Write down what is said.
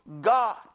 God